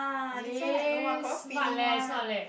eh smart leh smart leh